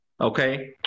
okay